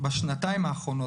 בשנתיים האחרונות,